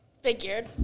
figured